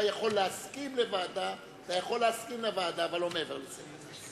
אתה יכול להסכים לוועדה, אבל לא מעבר לזה.